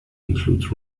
includes